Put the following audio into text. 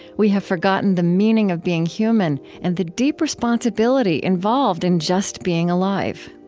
we have forgotten the meaning of being human and the deep responsibility involved in just being alive.